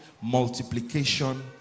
multiplication